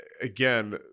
again